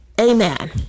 amen